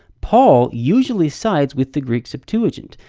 paul usually sides with the greek septuagint.